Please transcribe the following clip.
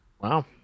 wow